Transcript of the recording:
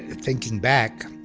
thinking back,